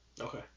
Okay